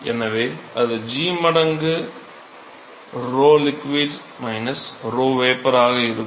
எனவே அது g மடங்கு 𝞺liquid 𝞺vapor ஆக இருக்கும்